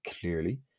clearly